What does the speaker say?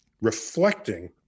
reflecting